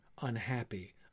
unhappy